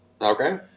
Okay